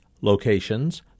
Locations